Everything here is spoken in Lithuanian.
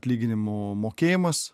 atlyginimų mokėjimas